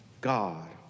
God